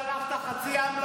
אמרתי לך.